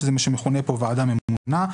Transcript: שזה מה שמכונה פה ועדה ממונה,